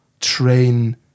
train